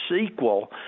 sequel